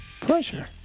pleasure